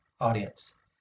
audience